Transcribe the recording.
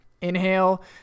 inhale